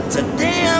Today